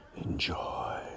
Enjoy